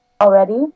already